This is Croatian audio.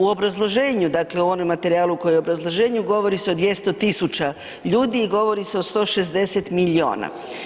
U obrazloženju, dakle u onom materijalu koji je obrazloženje, govori se o 200 tisuća ljudi i govori se o 160 milijuna.